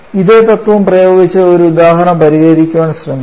ഇതേ തത്വം പ്രയോഗിച്ച് ഒരു ഉദാഹരണം പരിഹരിക്കാൻ ശ്രമിക്കാം